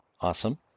Awesome